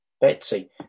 Betsy